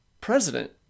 president